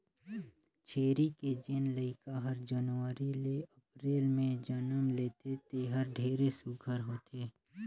छेरी के जेन लइका हर जनवरी ले अपरेल में जनम लेथे तेहर ढेरे सुग्घर होथे